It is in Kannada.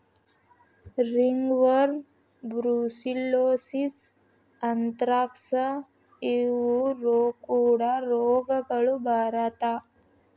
ರಿಂಗ್ವರ್ಮ, ಬ್ರುಸಿಲ್ಲೋಸಿಸ್, ಅಂತ್ರಾಕ್ಸ ಇವು ಕೂಡಾ ರೋಗಗಳು ಬರತಾ